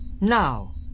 now